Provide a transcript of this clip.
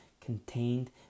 contained